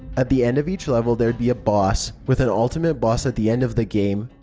at the end of each level there would be a boss, with an ultimate boss at the end of the game.